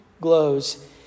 glows